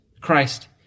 Christ